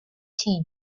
tea